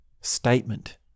statement